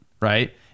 right